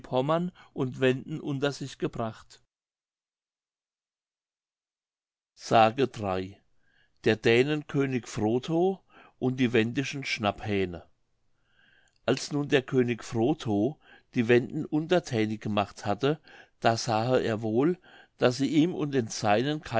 pommern und wenden unter sich gebracht der dänen könig frotho und die wendischen schnapphähne als nun der könig frotho die wenden unterthänig gemacht hatte da sahe er wohl daß sie ihm und den seinen